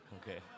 Okay